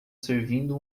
servindo